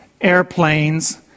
airplanes